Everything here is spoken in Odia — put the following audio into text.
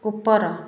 ଉପର